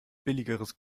billigeres